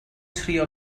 trio